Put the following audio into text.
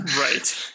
Right